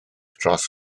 dros